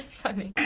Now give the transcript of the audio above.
funny.